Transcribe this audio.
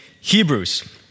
Hebrews